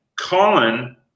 Colin